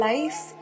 Life